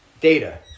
data